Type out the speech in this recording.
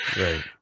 right